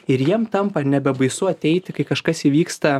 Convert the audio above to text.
ir jiem tampa nebebaisu ateiti kai kažkas įvyksta